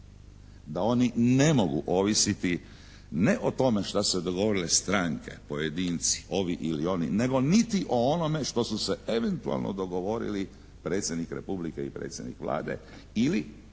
Da oni ne mogu ovisiti ne o tome šta su se dogovorile stranke pojedinci, ovi ili oni, nego niti o ovome što su se eventualno dogovorili predsjednik Republike i predsjednik Vlade ili